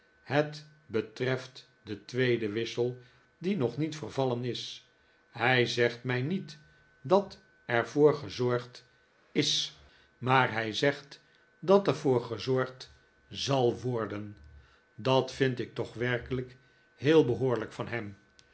het betreft den tweeden wissel die nog niet vervallen is hij zegt mij niet dat er voor gezorgd david copperfield i s maar hij zegt dat er voor gezorgd zal wo rden dat vind ik toch werkelijk heel behoorlijk van hem